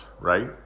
right